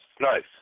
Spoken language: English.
nice